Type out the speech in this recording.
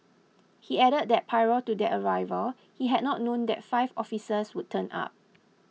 he added that prior to their arrival he had not known that five officers would turn up